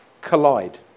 collide